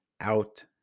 out